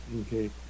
Okay